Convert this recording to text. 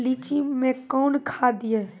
लीची मैं कौन खाद दिए?